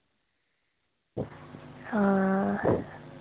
हां